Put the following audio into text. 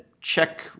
check